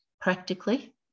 practically